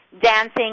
dancing